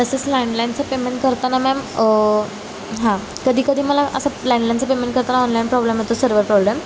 तसंच लँडलाईनचं पेमेंट करताना मॅम हां कधी कधी मला असं लँडलाईनचं पेमेंट करताना ऑनलाईन प्रॉब्लेम येतो सर्वर प्रॉब्लेम